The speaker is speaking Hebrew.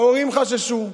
ההורים חששו,